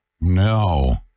No